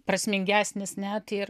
prasmingesnis net ir